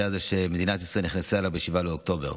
הזה שמדינת ישראל נכנסה אליו ב-7 באוקטובר.